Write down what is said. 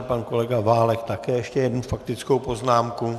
Pan kolega Válek také ještě jednu faktickou poznámku.